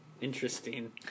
interesting